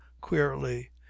queerly